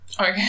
Okay